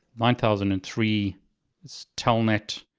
nine thousand and three is telnet.